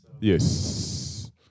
Yes